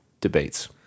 debates